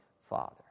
father